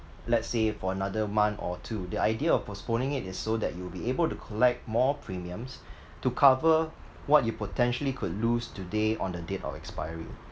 let's say for another month or two the idea of postponing it is so that you'll be able to collect more premiums to cover what you potentially could lose today on the date of expiry